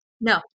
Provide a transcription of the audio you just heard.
No